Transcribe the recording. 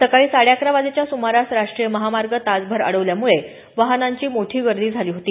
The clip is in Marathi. सकाळी साडेअकरा वाजेच्या सुमारास राष्ट्रीय महामार्ग तासभर अडवल्यामुळे वाहनांची मोठी गर्दी झाली होती